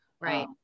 Right